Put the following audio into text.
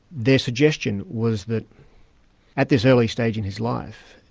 their suggestion was that at this early stage in his life,